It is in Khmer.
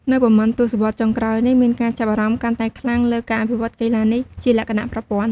នៅប៉ុន្មានទសវត្សរ៍ចុងក្រោយនេះ មានការចាប់អារម្មណ៍កាន់តែខ្លាំងលើការអភិវឌ្ឍកីឡានេះជាលក្ខណៈប្រព័ន្ធ។